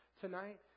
tonight